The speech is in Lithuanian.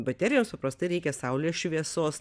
baterijoms paprastai reikia saulės šviesos